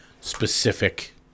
specific